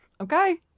Okay